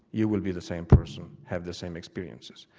you will be the same person, have the same experiences.